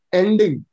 ending